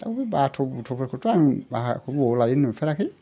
दा बे बाथ' बुथ'खौथ' बाहाखौनो बबाव लायो नुफेराखै